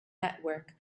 network